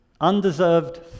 undeserved